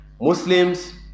Muslims